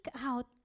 out